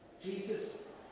Jesus